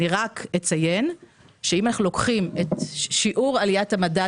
אציין שאם אנחנו לוקחים את שיעור עליית המדד